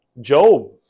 Job